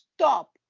stop